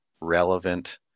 relevant